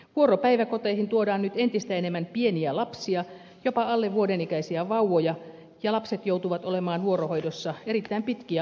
vuoropäiväkoteihin tuodaan nyt entistä enemmän pieniä lapsia jopa alle vuoden ikäisiä vauvoja ja lapset joutuvat olemaan vuorohoidossa erittäin pitkiä aikoja kerrallaan